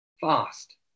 fast